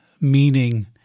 meaning